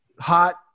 Hot